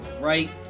right